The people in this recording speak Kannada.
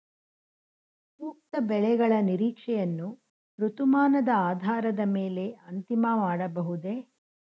ಸೂಕ್ತ ಬೆಳೆಗಳ ನಿರೀಕ್ಷೆಯನ್ನು ಋತುಮಾನದ ಆಧಾರದ ಮೇಲೆ ಅಂತಿಮ ಮಾಡಬಹುದೇ?